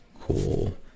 cool